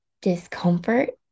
discomfort